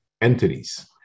entities